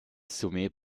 soumet